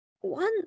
One